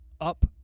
up